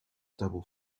double